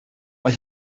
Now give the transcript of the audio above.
mae